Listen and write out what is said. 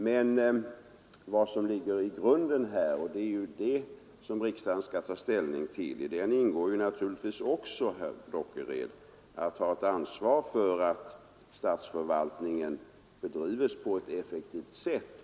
Men i vad som ligger till grund, och som riksdagen skall ta ställning till, ingår naturligtvis också, herr Dockered, att ta ansvaret för att statsförvaltningen bedrivs på ett effektivt sätt.